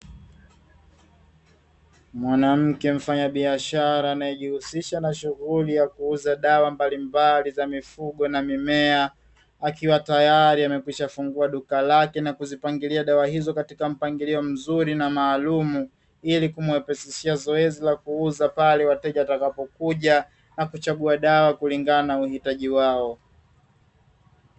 Mwanamke mfanyabiashara anayejihusisha na shughuli ya kuuza dawa mbalimbali za mifugo na mimea, akiwa tayari amekwisha fungua duka lake na kuzipangilia dawa hizo katika mpangilio mzuri na maalumu ili kumrahisishia zoezi la kuuza pale wateja watakapokuja na kuchagua dawa kulingana na uhitaji wao.